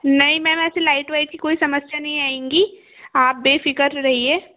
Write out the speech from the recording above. नहीं मैम ऐसे लाइट वाइट की कोई समस्या नहीं आएंगी आप बेफिक्र रहिये